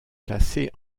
classé